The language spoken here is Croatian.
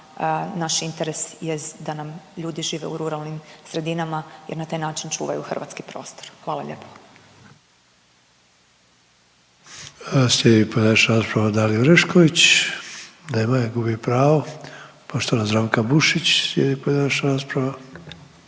naš interes jest da nam ljudi žive u ruralnim sredinama jer na taj način čuvaju hrvatski prostor. Hvala lijepo. **Sanader, Ante (HDZ)** Slijedi pojedinačna rasprava Dalije Orešković, nema je, gubi pravo. Poštovana Zdravka Bušić, slijedi pojedinačna rasprava.